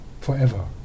forever